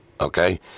okay